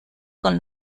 con